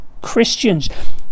Christians